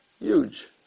Huge